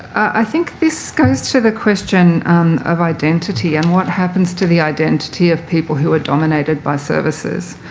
i think this goes to the question of identity and what happens to the identity of people who are dominated by services.